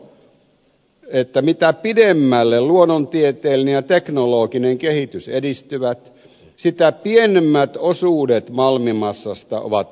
varsin kiusallista on että mitä pidemmälle luonnontieteellinen ja teknologinen kehitys edistyvät sitä pienemmät osuudet malmimassasta ovat olennaisia